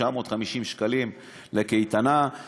950 שקלים לקייטנה.